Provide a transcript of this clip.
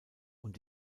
und